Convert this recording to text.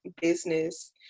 business